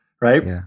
right